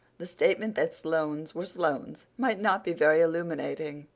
the statement that sloanes were sloanes might not be very illuminating,